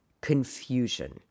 Confusion